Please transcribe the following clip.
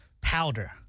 powder